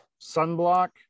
sunblock